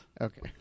Okay